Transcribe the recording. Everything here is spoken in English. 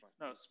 no